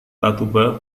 tatoeba